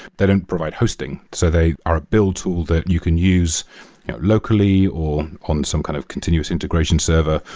they don't provide hosting. so they are a build tool that you can use locally or on some kind of continuous integration server,